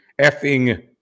effing